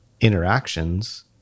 interactions